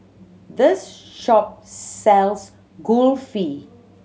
this shop sells Kulfi